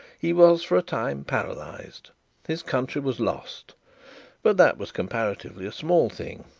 he was for a time paralysed. his country was lost but that was comparatively a small thing.